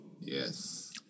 Yes